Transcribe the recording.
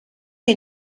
que